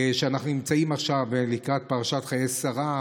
כשאנחנו נמצאים עכשיו לקראת פרשת חיי שרה,